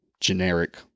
generic